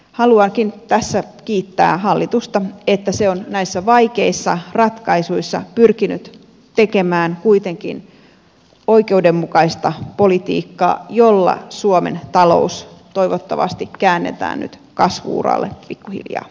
haluankin tässä kiittää hallitusta että se on näissä vaikeissa ratkaisuissa pyrkinyt tekemään kuitenkin oikeudenmukaista politiikkaa jolla suomen talous toivottavasti käännetään nyt kasvu uralle pikkuhiljaa